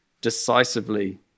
decisively